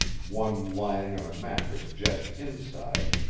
one lying on a mattress just inside,